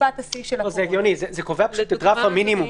רף המינימום,